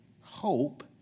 hope